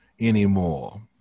anymore